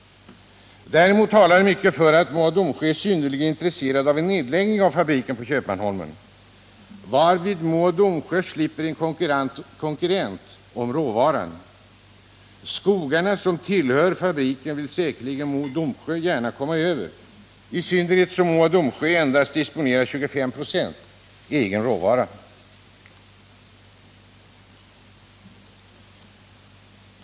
Däremot talar mycket för att Mo och Domsjö är synnerligen intresserat av en nedläggning av fabriken på Köpmanholmen, varvid Mo och Domsjö slipper en konkurrent om råvaran. De skogar som tillhör fabriken vill säkerligen Mo och Domsjö gärna komma över, i synnerhet som Mo och Domsjö endast till 25 26 disponerar egen råvara.